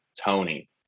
Tony